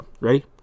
Ready